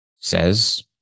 says